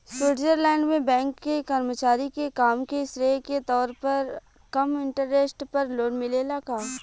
Switzerland में bank के कर्मचारी के काम के श्रेय के तौर पर कम इंटरेस्ट पर लोन मिलेला का?